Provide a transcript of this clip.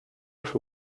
who